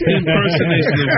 impersonation